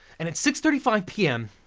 and at six thirty five p m.